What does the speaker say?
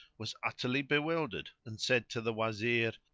was utterly bewildered and said to the wazir,